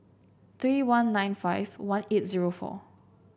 three one nine five one eight zero four